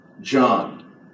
John